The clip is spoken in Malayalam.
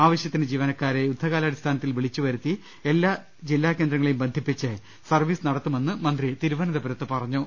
ആവശ്യത്തിന് ജീവന ക്കാരെ യുദ്ധകാലാടിസ്ഥാനത്തിൽ വിളിച്ചുവരുത്തി എല്ലാ ജില്ലാ കേന്ദ്ര ങ്ങളെയും ബന്ധിപ്പിച്ച് സർവീസ് നടത്തുമെന്ന് മന്ത്രി തിരുവനന്തപുരത്ത് പറഞ്ഞു